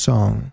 Song